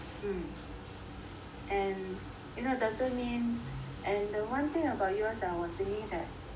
and you know it doesn't mean and the one thing about U_S I was thinking that